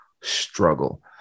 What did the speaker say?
struggle